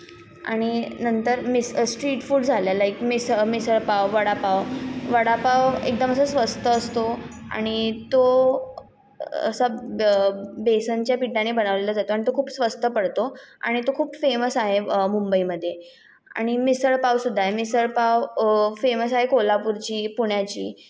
आणि नंतर मिस् स्ट्रीटफूड झालं लाईक मिसळपाव वडापाव वडापाव एकदम असा स्वस्त असतो आणि तो असा बेसनच्या पीठाने बनवलेला जातो आणि तो खूप स्वस्त पडतो आणि तो खूप फेमस आहे मुंबईमध्ये आणि मिसळपाव सुद्धा आहे मिसळपाव फेमस आहे कोल्हापूरची पुण्याची